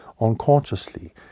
unconsciously